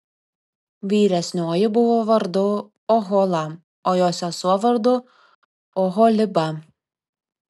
vyresnioji buvo vardu ohola o jos sesuo vardu oholiba